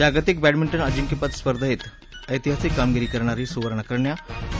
जागतिक बह्नमिंटन अजिंक्यपद स्पर्धेत ऐतिहासिक कामगिरी करणारी सुवर्णकन्या पी